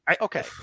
Okay